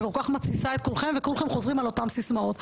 שכל כך מתסיסה את כולכם וכולכם חוזרים על אותן סיסמאות?